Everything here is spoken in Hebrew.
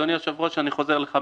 אדוני היושב-ראש, אני חוזר ל-5(ב),